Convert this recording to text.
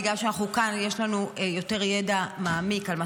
בגלל שאנחנו כאן יש לנו יותר ידע מעמיק על מה